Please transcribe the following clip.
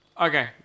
Okay